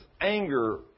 anger